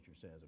says